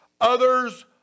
others